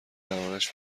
دربارش